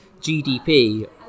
GDP